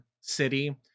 city